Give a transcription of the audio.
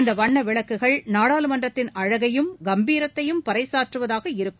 இந்த வண்ண விளக்குகள் நாடாளுமன்றத்தின் அழகையும் கம்பீரத்தையும் பறைசாற்றுவதாக இருக்கும்